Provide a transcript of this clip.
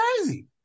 crazy